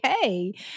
okay